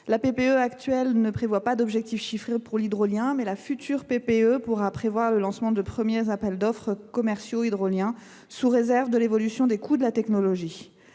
la PPE actuelle ne fixe pas d’objectifs chiffrés pour l’hydrolien, mais la future PPE pourra prévoir le lancement de premiers appels d’offres commerciaux sur l’hydrolien, sous réserve de l’évolution des coûts de la technologie.